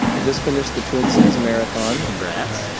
i just finished the twin cities marathon. congrats